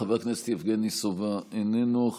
חבר הכנסת יבגני סובה, איננו.